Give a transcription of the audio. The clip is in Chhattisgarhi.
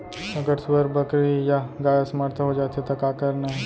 अगर सुअर, बकरी या गाय असमर्थ जाथे ता का करना हे?